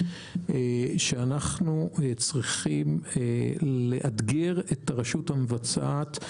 שאנו צריכים לאתגר את הרשות המבצעת,